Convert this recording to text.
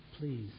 please